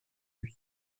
lui